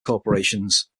corporations